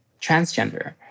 transgender